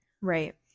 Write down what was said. Right